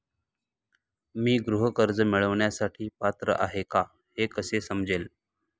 मी गृह कर्ज मिळवण्यासाठी पात्र आहे का हे कसे समजेल?